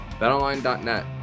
betonline.net